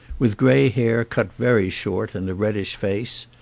with grey hair cut very short and a reddish face.